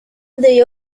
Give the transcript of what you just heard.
they